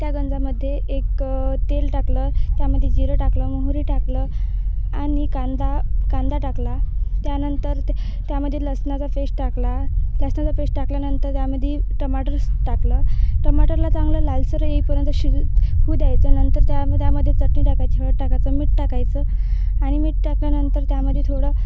त्या गंजामध्ये एक तेल टाकलं त्यामध्ये जिरं टाकलं मोहरी टाकलं आणि कांदा कांदा टाकला त्यानंतर त्या मध्ये लसणाचा पेस्ट टाकला लसणाचा पेश्ट टाकल्यानंतर त्यामधी टमाटर टाकलं टमाटरला चांगलं लालसर येईपर्यंत शिजू हू द्यायचं नंतर त्या त्यामध्ये चटणी टाकायची हळद टाकायचं मीठ टाकायचं आणि मीठ टाकल्यानंतर त्यामध्ये थोडं